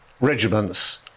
regiments